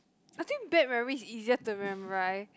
I think bad memories is easier to remember right